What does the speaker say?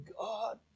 God